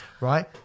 right